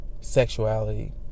sexuality